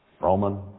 Roman